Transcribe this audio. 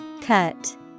Cut